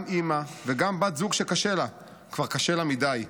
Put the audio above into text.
גם אימא וגם בת זוג שקשה לה, כבר קשה לה מדי.